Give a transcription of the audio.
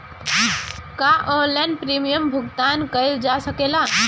का online premium भुगतान कईल जा सकेला?